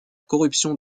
corruption